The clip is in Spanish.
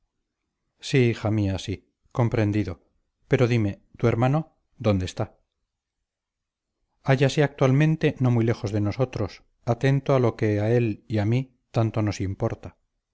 sí hija mía sí comprendido pero dime tu hermano dónde está hállase actualmente no muy lejos de nosotros atento a lo que a él y a mí tanto nos importa